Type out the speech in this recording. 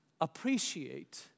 appreciate